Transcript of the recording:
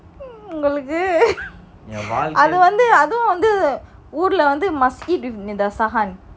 உங்களுக்கு அது வந்து அதுவும் வந்து ஊருல வந்து:ungaluku athu vanthu athuvum vanthu uurula vanthu must eat with சாதம்:sadham